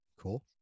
Cool